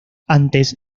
antes